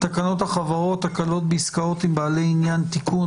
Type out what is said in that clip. תקנות החברות (הקלות בעסקאות בעלי עניין) (תיקון),